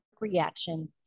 reaction